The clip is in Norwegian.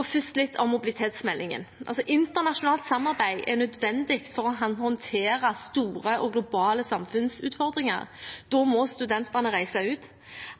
Først litt om mobilitetsmeldingen: Internasjonalt samarbeid er nødvendig for å håndtere store og globale samfunnsutfordringer. Da må studentene reise ut.